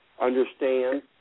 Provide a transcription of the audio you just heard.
understand